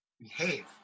behave